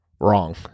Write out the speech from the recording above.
Wrong